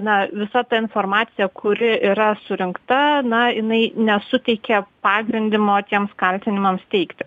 na visa ta informacija kuri yra surinkta na jinai nesuteikė pagrindimo tiems kaltinimams teikti